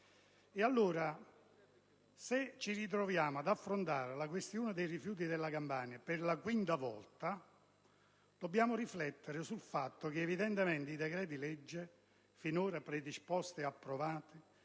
se ci ritroviamo ad affrontare la questione dei rifiuti della Campania per la quinta volta, dobbiamo riflettere sul fatto che evidentemente i decreti legge finora predisposti e approvati,